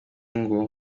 nko